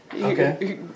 Okay